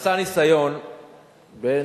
נעשה ניסיון בין,